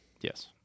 Yes